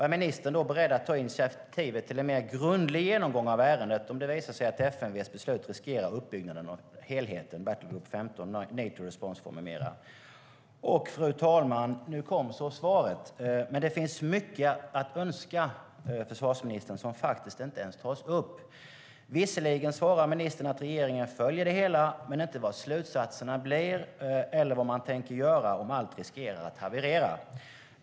Är ministern beredd att ta initiativ till en mer grundlig genomgång av ärendet om det visar sig att FMV:s beslut riskerar uppbyggnaden av helheten, Battlegroup 15 och Nato Response Force med mera? Nu, fru talman, kom svaret. Men det lämnar mycket att önska, försvarsministern. Det är mycket som inte ens tas upp. Ministern svarar visserligen att regeringen följer det hela men inte vad slutsatserna blir eller vad man tänker göra om allt löper risk att haverera.